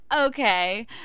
Okay